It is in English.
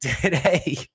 today